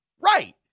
right